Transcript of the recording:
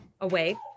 away